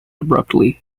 abruptly